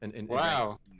Wow